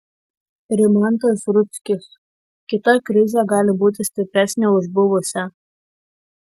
rimantas rudzkis kita krizė gali būti stipresnė už buvusią